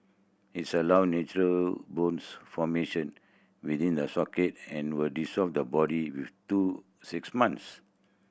its allows natural bones formation within the socket and will dissolve the body within two six months